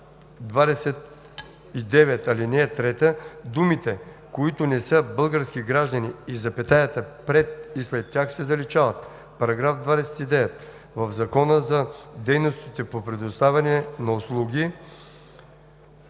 ал. 3 думите „които не са български граждани“ и запетаята пред и след тях се заличават. § 29. В Закона за дейностите по предоставяне на услуги